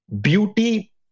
Beauty